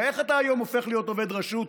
הרי איך אתה היום הופך להיות עובד רשות?